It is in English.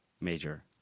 major